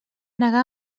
negar